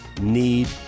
need